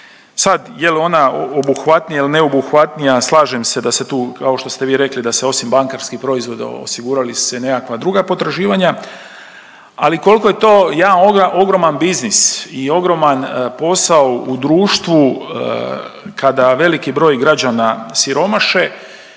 Sad, je li ona obuhvatnija ili neobuhvatnija, slažem se da se tu kao što ste vi rekli, da se osim bankarskih proizvoda, osigurali se neka druga potraživanja, ali koliko je to jedan ogroman biznis i ogroman posao u društvu kada veliki broj građana siromaše,